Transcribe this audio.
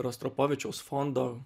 rostropovičiaus fondo